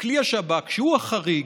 כלי השב"כ, שהוא החריג,